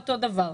אותו הדבר,